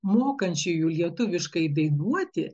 mokančiųjų lietuviškai dainuoti